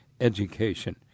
education